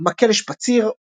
מקל שפאציר,